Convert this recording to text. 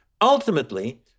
ultimately